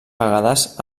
vegades